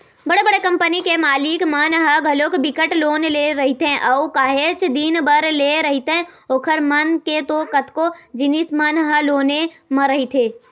बड़े बड़े कंपनी के मालिक मन ह घलोक बिकट लोन ले रहिथे अऊ काहेच दिन बर लेय रहिथे ओखर मन के तो कतको जिनिस मन ह लोने म रहिथे